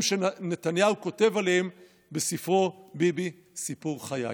שנתניהו כותב עליהם בספרו "ביבי: סיפור חיי".